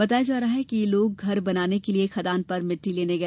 बताया जा रहा है कि ये लोग घर बनाने के लिए खदान पर मिट्टी लेने गए थे